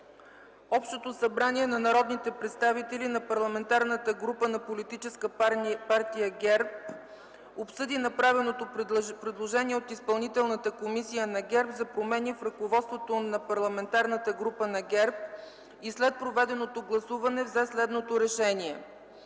„Общото събрание на народните представители на Парламентарната група на Политическа партия ГЕРБ обсъди направеното предложение от Изпълнителната комисия на ГЕРБ за промени в ръководството на Парламентарната група на ГЕРБ и след проведеното гласуване взе следното РЕШЕНИЕ